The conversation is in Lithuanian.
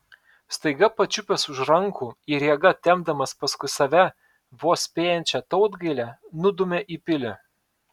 staiga pačiupęs už rankų ir jėga tempdamas paskui save vos spėjančią tautgailę nudūmė į pilį